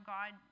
God